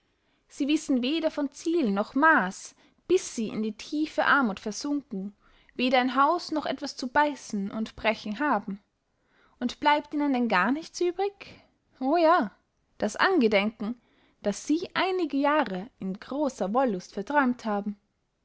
sie wissen weder von ziel noch maaß bis sie in die tiefe armuth versunken weder ein haus noch etwas zu beissen und brechen haben und bleibt ihnen denn gar nichts übrig o ja das angedenken daß sie einige jahre in grosser wollust verträumt haben